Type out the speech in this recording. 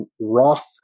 Roth